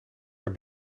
naar